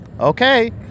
okay